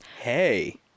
Hey